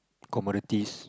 commodities